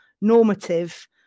normative